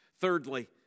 Thirdly